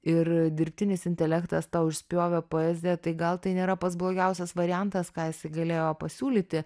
ir dirbtinis intelektas tau išspjovė poeziją tai gal tai nėra pats blogiausias variantas ką jisai galėjo pasiūlyti